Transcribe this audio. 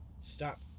stop